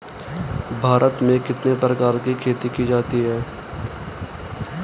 भारत में कितने प्रकार की खेती की जाती हैं?